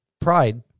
pride